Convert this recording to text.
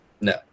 No